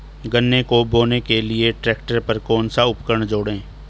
गन्ने को बोने के लिये ट्रैक्टर पर कौन सा उपकरण जोड़ें?